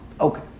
Okay